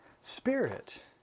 spirit